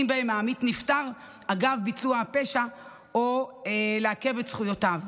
שבהם העמית נפטר אגב ביצוע הפשע או לעכב את זכויותיו.